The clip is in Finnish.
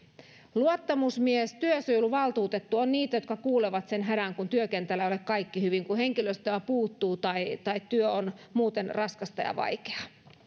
luottamusmies ja työsuojeluvaltuutettu ovat niitä jotka kuulevat sen hädän kun työkentällä ei ole kaikki hyvin kun henkilöstöä puuttuu tai tai työ on muuten raskasta ja vaikeaa